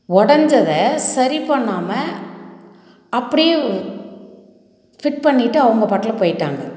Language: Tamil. உடஞ்சத சரி பண்ணாமல் அப்படியே ஃபிட் பண்ணிவிட்டு அவங்க பாட்டில் போய்விட்டாங்க